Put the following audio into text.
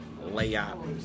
layout